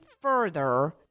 further